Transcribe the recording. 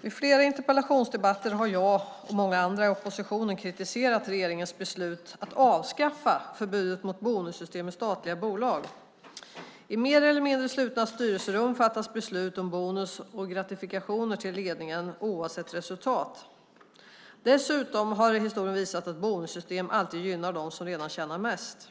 Vid flera interpellationsdebatter har jag och många andra i oppositionen kritiserat regeringens beslut att avskaffa förbudet mot bonussystem i statliga bolag. I mer eller mindre slutna styrelserum fattas beslut om bonus och gratifikationer till ledningen, oavsett resultat. Dessutom har historien visat att bonussystem alltid gynnar dem som redan tjänar mest.